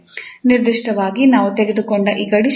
ನಿರ್ದಿಷ್ಟವಾಗಿ ನಾವು ತೆಗೆದುಕೊಂಡ ಈ ಗಡಿ ಷರತ್ತುಗಳು